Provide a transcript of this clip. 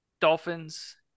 Dolphins